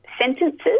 sentences